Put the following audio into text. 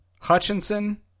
Hutchinson